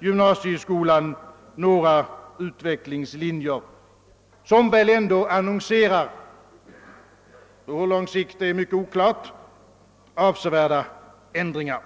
Gymnasieskolan — några utvecklingslinjer, som annonserar — på hur lång sikt är mycket oklart — avsevärda ändringar.